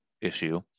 issue